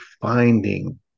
finding